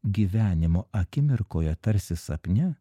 gyvenimo akimirkoje tarsi sapne